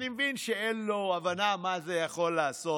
אני מבין שאין לו הבנה מה זה יכול לעשות.